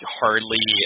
hardly